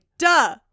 Duh